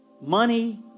Money